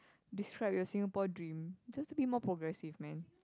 describe your Singapore dream just to be more progressive man